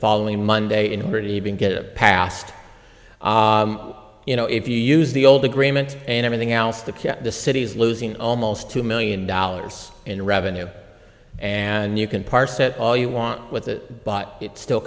following monday in order to even get it passed you know if you use the old agreement and everything else to keep the city's losing almost two million dollars in revenue and you can parse it all you want with it but it still